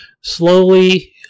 slowly